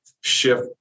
shift